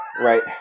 Right